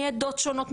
מעדות שונות,